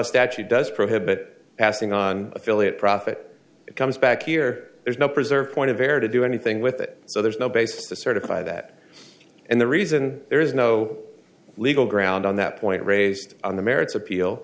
statute does prohibit passing on affiliate profit comes back here there's no preserved point of air to do anything with it so there is no basis to certify that and the reason there is no legal ground on that point raised on the merits appeal